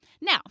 Now